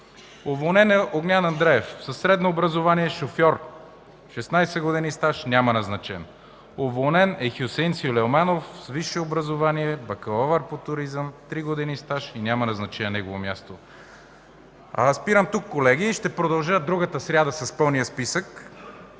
Уволнен е Огнян Андреев – средно образование, шофьор, 16 години стаж. Няма назначен. Уволнен е Хюсеин Сюлейманов – с висше образование, бакалавър по туризъм, три години стаж. Няма назначен на негово място. Колеги, спирам тук и ще продължа другата сряда с пълния списък.